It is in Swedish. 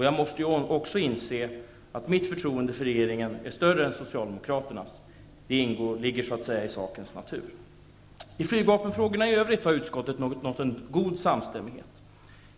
Jag måste också inse att mitt förtroende för regeringen är större än Socialdemokraternas. Det ligger ju i sakens natur. I flygvapenfrågorna i övrigt har utskottet nått en god samstämmighet.